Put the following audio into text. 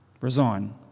resign